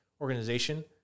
organization